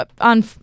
on